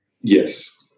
Yes